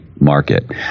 market